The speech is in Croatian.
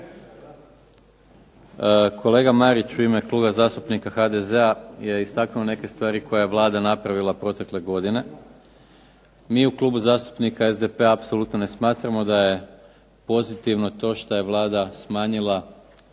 Kolega Marić u ime Kluba zastupnika HDZ-a je istaknuo neke stvari koje je Vlada napravila protekle godine. Mi u Klubu zastupnika SDP-a apsolutno ne smatramo da je pozitivno to što je Vlada smanjila